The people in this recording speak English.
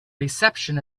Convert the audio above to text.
reception